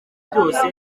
byose